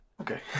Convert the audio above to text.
Okay